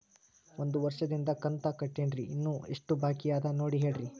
ಒಂದು ವರ್ಷದಿಂದ ಕಂತ ಕಟ್ಟೇನ್ರಿ ಇನ್ನು ಎಷ್ಟ ಬಾಕಿ ಅದ ನೋಡಿ ಹೇಳ್ರಿ